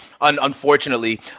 unfortunately